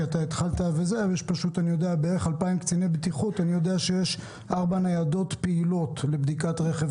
אני יודע שיש בערך 2,000 קציני בטיחות וארבע ניידות פעילות לבדיקת רכב,